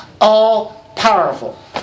All-powerful